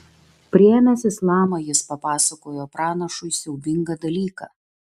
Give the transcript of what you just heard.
priėmęs islamą jis papasakojo pranašui siaubingą dalyką